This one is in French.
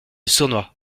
sournois